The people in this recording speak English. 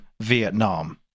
Vietnam